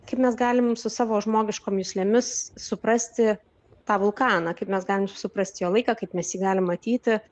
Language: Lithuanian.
kaip mes galim su savo žmogiškom juslėmis suprasti tą vulkaną kaip mes galim suprasti jo laiką kaip mes jį galim matyti